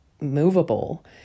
movable